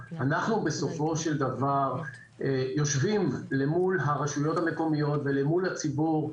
אנחנו בסופו של דבר יושבים למול הרשויות המקומיות ולמול הציבור.